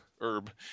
herb